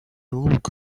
look